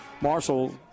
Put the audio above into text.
Marshall